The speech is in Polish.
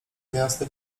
miasto